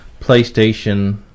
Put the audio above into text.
PlayStation